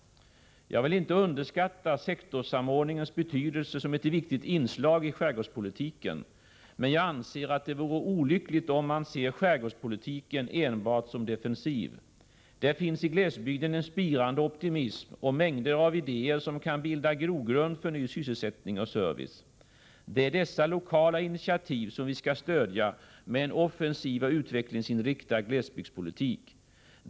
Jag vill inte underskatta sektorssamordningens betydelse som ett viktigt inslag i skärgårdspolitiken, men jag anser att det vore olyckligt om man, som interpellanten förefaller att göra, ser skärgårdspolitiken enbart som defensiv. Det finns i glesbygden en spirande optimism och mängder av idéer som kan bilda grogrund för ny sysselsättning och service. Det är dessa lokala initiativ som vi skall stödja med en offensiv och utvecklingsinriktad glesbygdspolitik.